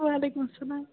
وعلیکُم سلام